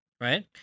right